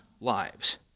lives